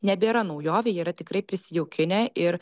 nebėra naujovė jie yra tikrai prisijaukinę ir